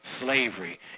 Slavery